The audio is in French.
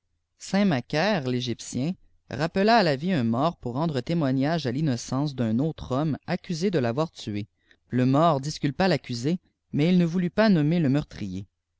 saint macaire l'égyptien rappela à la vie un mort pour rencjre témoignage à l'înnoceiice d'un autre homme accusé de tavoîr tiéle mort qiscuipa l'accusé mais il ne voulijt pas nommer le meurtrier